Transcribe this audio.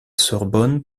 sorbonne